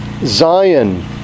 Zion